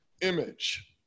image